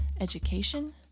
education